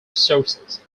sources